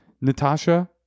Natasha